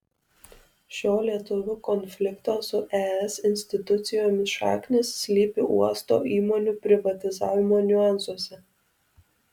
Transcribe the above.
šio lietuvių konflikto su es institucijomis šaknys slypi uosto įmonių privatizavimo niuansuose